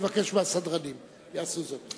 יבקש מהסדרנים שיעשו זאת.